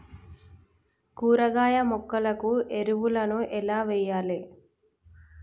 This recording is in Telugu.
కూరగాయ మొక్కలకు ఎరువులను ఎలా వెయ్యాలే?